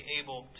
able